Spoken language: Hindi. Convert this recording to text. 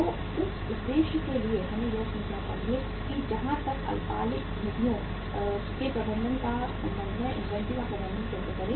तो उस उद्देश्य के लिए हमें यह सीखना चाहिए कि जहां तक अल्पकालिक निधियों के प्रबंधन का संबंध है इन्वेंट्री का प्रबंधन कैसे करें